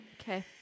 Okay